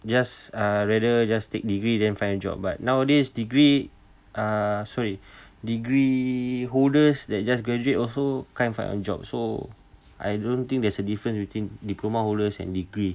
just uh rather just take degree then find a job but nowadays degree uh sorry degree holders that just graduate also cannot fine job so I don't think there's a difference between diploma holders and degree